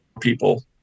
people